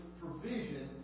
provision